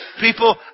People